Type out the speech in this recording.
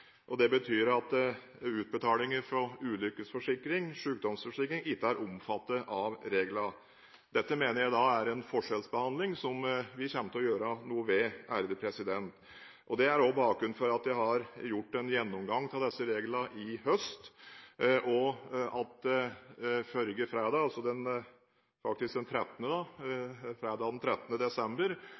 og det betyr at utbetalinger fra ulykkesforsikring og sykdomsforsikring ikke er omfattet av reglene. Dette mener jeg er en forskjellsbehandling som vi kommer til å gjøre noe med. Det er også bakgrunnen for at jeg har foretatt en gjennomgang av disse reglene i høst, og at jeg forrige fredag, den 14. desember,